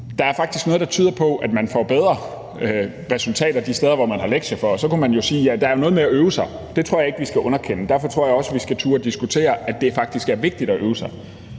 Der er faktisk noget, der tyder på, at man får bedre resultater de steder, hvor man har lektier for. Så kunne man jo sige, at der er noget med at øve sig, og det tror jeg ikke vi skal underkende. Derfor tror jeg også, vi skal turde diskutere, at det faktisk er vigtigt at øve sig.